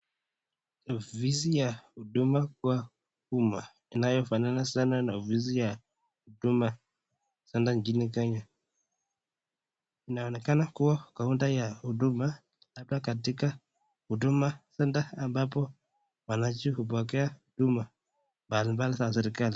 ofisi ya huduma kwa uma inayofanana sana na ofisi ya Huduma Center nchini Kenya. Inaonekana kuwa kaunta ya huduma hapa katika Huduma Center ambapo wananchi hupokea huduma mbali mbali za serekali